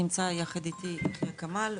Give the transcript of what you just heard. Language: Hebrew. נמצא יחד איתי יחיא כמאל,